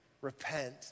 Repent